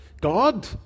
God